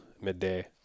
midday